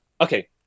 okay